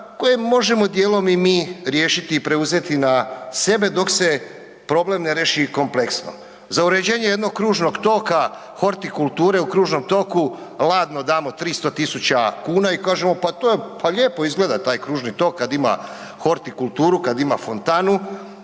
koje možemo dijelom i mi riješiti i preuzeti na sebe dok se problem ne riješi kompleksno. Za uređenje jednog kružnog toka, hortikulture u kružnom toku ladno damo 300.000 kuna i kažemo, pa to je, pa lijepo izgleda taj kružni tok kad ima hortikulturu, kad ima fontanu,